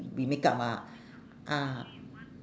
we makeup ah ah